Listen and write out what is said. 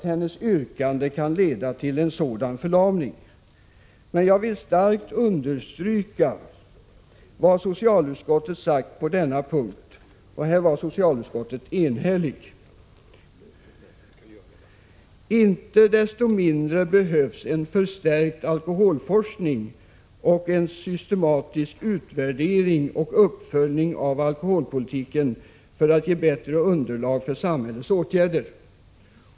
Jag är rädd för att det kan leda till en sådan förlamning, men jag vill kraftigt understryka vad socialutskottet enhälligt har sagt på denna punkt: Inte desto mindre behövs en förstärkt alkoholforskning och en systematisk utvärdering och uppföljning av alkoholpolitiken för att ge bättre underlag för samhällets åtgärder.